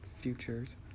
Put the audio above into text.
futures